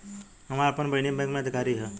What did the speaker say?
हमार आपन बहिनीई बैक में अधिकारी हिअ